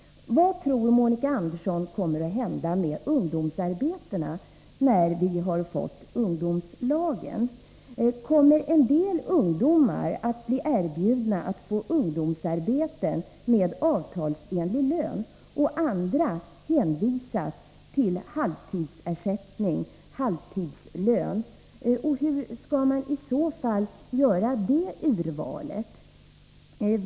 Vad tror Monica Andersson kommer att hända med ungdomsarbetena, om vi får ungdomslagen? Kommer en del ungdomar att erbjudas ungdomsarbeten med avtalsenlig lön, medan andra hänvisas till halvtidslön? Hur skall man i så fall göra urvalet?